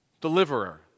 Deliverer